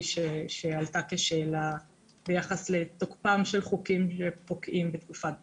שעלה בשאלה ביחס לתוקפם של חוקים שפוקעים בתקופת בחירות.